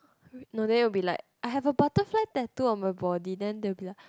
no then you will be like I have a butterfly tattoo on my body then they will be like